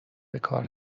بکار